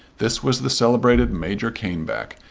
this was the celebrated major caneback,